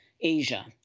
Asia